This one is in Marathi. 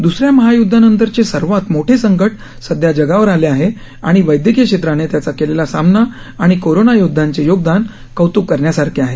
द्सऱ्या महायुद्धानंतरचे सर्वात मोठ संकट सध्या जगावर आले आहे आणि वैद्यकीय क्षेत्राने त्याचा केलेला सामना आणि कोरोना योदध्यांचे योगदान कौतुक करण्यासारखे आहे